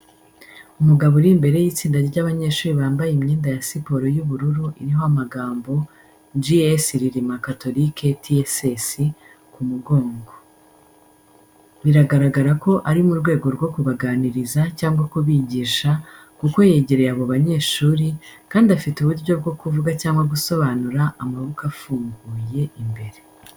Umugabo uri imbere y’itsinda ry’abanyeshuri bambaye imyenda ya siporo y’ubururu iriho amagambo, G.S RILIMA CATHOLIQUE TSS ku mugongo. Biragaragara ko ari mu rwego rwo kubaganiriza cyangwa kubigisha, kuko yegereye abo banyeshuri, kandi afite uburyo bwo kuvuga cyangwa gusobanura, amaboko afunguye imbere.